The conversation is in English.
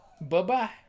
Bye-bye